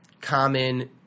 common